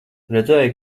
redzēji